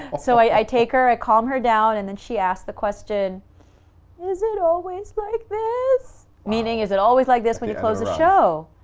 and so i take her, i calm her down, and then she asked the question is it always like this? meaning is it always like this when you close the show?